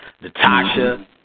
Natasha